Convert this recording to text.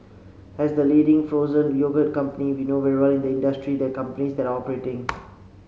as the leading frozen yogurt company we know very well this industry and the companies that are operating